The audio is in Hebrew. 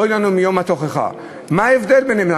אוי לנו מיום התוכחה" מה ההבדל ביניהם?